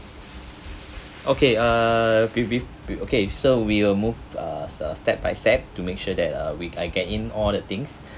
okay uh we we we okay so we will move uh uh step by step to make sure that uh will I get in all the things